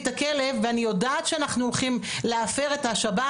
את הכלב' ואני יודעת שאנחנו הולכים להפר את השבת,